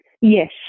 Yes